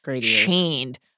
chained